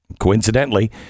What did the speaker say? coincidentally